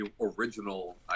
original